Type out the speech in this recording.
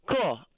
cool